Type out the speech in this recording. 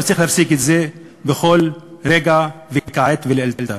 וצריך להפסיק את זה, בכל רגע וכעת ולאלתר.